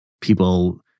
people